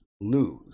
lose